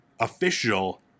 official